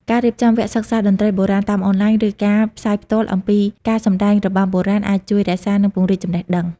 ការរៀបចំវគ្គសិក្សាតន្ត្រីបុរាណតាមអនឡាញ ឬការផ្សាយផ្ទាល់អំពីការសម្ដែងរបាំបុរាណអាចជួយរក្សា និងពង្រីកចំណេះដឹង។